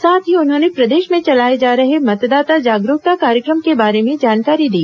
साथ ही उन्होंने प्रदेश में चलाए जा रहे मतदाता जागरुकता कार्यक्रमों के बारे में भी जानकारी दी